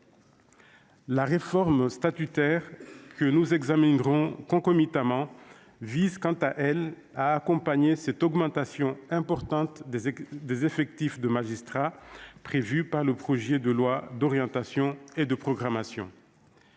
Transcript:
La réforme statutaire, que nous examinerons concomitamment, vise à accompagner cette augmentation importante des effectifs de magistrats prévue par le projet de loi d'orientation et de programmation.